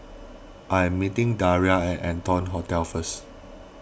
I am meeting Daria at Arton Hotel first